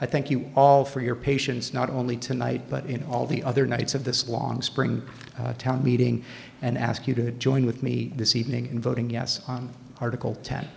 i thank you all for your patience not only tonight but in all the other nights of this long spring town meeting and ask you to join with me this evening in voting yes article te